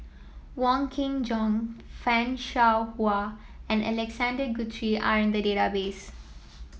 Wong Kin Jong Fan Shao Hua and Alexander Guthrie are in the database